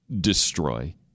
destroy